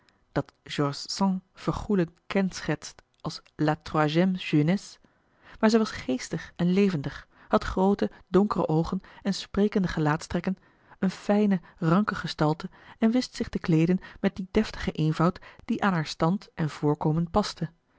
dat george sand vergoêlijkend kenschetst als la troisième jeunesse maar zij was geestig en levendig had groote donkere oogen en sprekende gelaatstrekken eene fijne ranke gestalte en wist zich te kleeden met dien deftigen eenvoud die aan haar stand en voorkomen paste